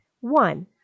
One